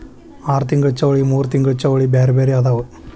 ಆರತಿಂಗ್ಳ ಚೌಳಿ ಮೂರತಿಂಗ್ಳ ಚೌಳಿ ಬ್ಯಾರೆ ಬ್ಯಾರೆ ಅದಾವ